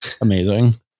amazing